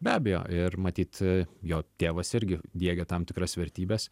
be abejo ir matyt jo tėvas irgi diegė tam tikras vertybes